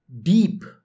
deep